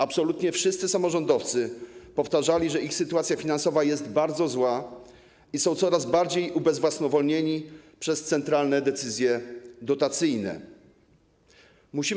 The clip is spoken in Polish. Absolutnie wszyscy samorządowcy powtarzali, że ich sytuacja finansowa jest bardzo zła i że są coraz bardziej ubezwłasnowolnieni przez centralne decyzje dotyczące dotacji.